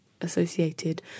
associated